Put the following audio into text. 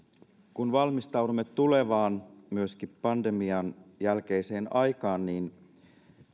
kun valmistaudumme tulevaan myöskin pandemian jälkeiseen aikaan niin